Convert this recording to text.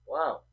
Wow